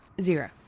Zero